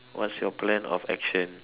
what's your plan of action